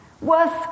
worth